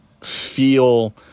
feel